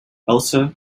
elsa